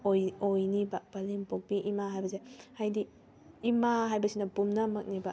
ꯑꯣꯏ ꯑꯣꯏꯅꯤꯕ ꯄꯂꯦꯝ ꯄꯣꯛꯄꯤ ꯏꯃꯥ ꯍꯥꯏꯕꯁꯦ ꯍꯥꯏꯗꯤ ꯏꯃꯥ ꯍꯥꯏꯕꯁꯤꯅ ꯄꯨꯝꯅꯃꯛꯅꯦꯕ